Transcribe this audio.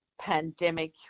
pandemic